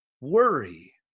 worry